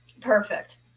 Perfect